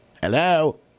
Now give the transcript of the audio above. Hello